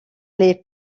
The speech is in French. les